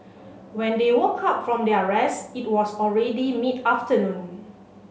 when they woke up from their rest it was already mid afternoon